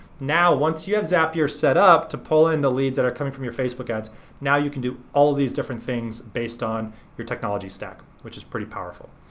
now once you have zapier setup to pull in the leads that are coming from your facebook ads now you can do all of these different things based on your technology stack, which is pretty powerful.